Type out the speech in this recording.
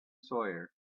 sawyer